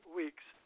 weeks